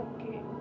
Okay